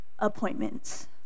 Appointments